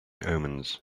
omens